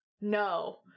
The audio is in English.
no